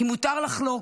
כי מותר לחלוק,